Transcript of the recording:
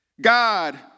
God